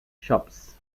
shops